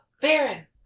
Baron